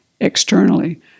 externally